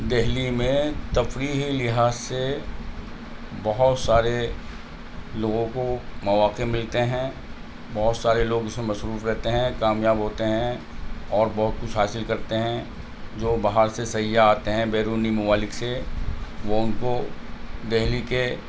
دہلی میں تفریحی لحاظ سے بہت سارے لوگوں کو مواقع ملتے ہیں بہت سارے لوگ اس میں مصروف رہتے ہیں کامیاب ہوتے ہیں اور بہت کچھ حاصل کرتے ہیں جو باہر سے سیاح آتے ہیں بیرونی ممالک سے وہ ان کو دہلی کے